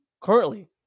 currently